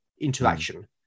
interaction